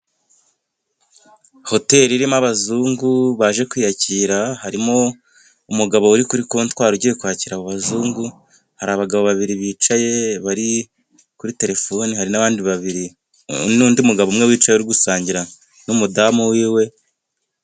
Hoteri irimo abazungu baje kwiyakira. Harimo umugabo uri kuri kontwari ugiye kwakira abo bazungu. Hari abagabo babiri bicaye bari kuri telefoni, hari n'abandi babiri n'undi mugabo umwe wicaye ari gusangira n'umudamu wiwe.